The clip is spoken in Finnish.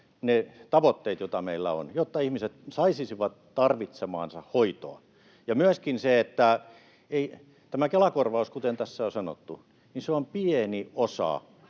ne tavoitteet, joita meillä on, jotta ihmiset saisivat tarvitsemaansa hoitoa. Ja myöskin tämä Kela-korvaus, kuten tässä on sanottu, on pieni osa